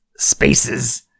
spaces